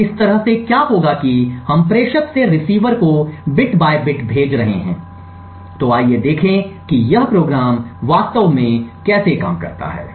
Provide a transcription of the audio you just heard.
तो इस तरह से क्या होगा कि हम प्रेषक से रिसीवर को बिट बाय बिट भेज रहे हैं तो आइए देखें कि यह कार्यक्रम वास्तव में कैसे काम करता है